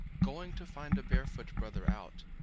going to find a barefoot brother out,